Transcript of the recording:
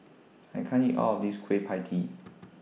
I can't eat All of This Kueh PIE Tee